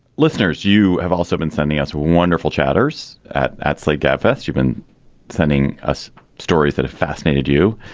listeners you have also been sending us wonderful chatters at at slate gabfest you've been sending us stories that fascinated you.